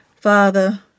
Father